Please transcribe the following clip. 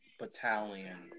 battalion